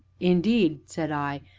indeed, said i,